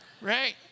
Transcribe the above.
right